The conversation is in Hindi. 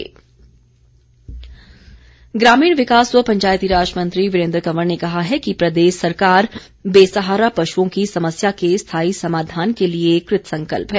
वीरेन्द्र कंवर ग्रामीण विकास व पंचायती राज मंत्री वीरेन्द्र कंवर ने कहा है कि प्रदेश सरकार बेसहारा पश्ओं की समस्या के स्थाई समाधान के लिए कृतसंकल्प है